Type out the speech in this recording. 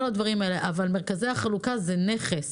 וכל הדברים האלה אבל מרכזי החלוקה זה נכס.